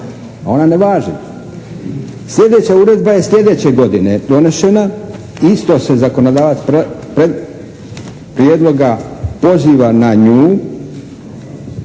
Ona ne važi. Slijedeća uredba je slijedeće godine donešena, isto se zakonodavac prijedloga poziva na nju.